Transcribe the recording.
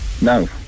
No